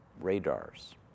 radars